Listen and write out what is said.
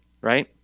right